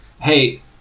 hey